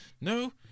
no